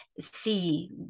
see